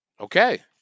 Okay